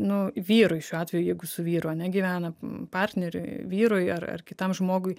nu vyrui šiuo atveju jeigu su vyru ane gyvena partneriui vyrui ar ar kitam žmogui